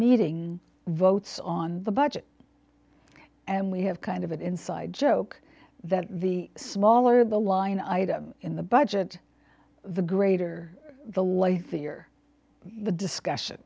meeting votes on the budget and we have kind of inside joke that the smaller the line item in the budget the greater the life figure the discussion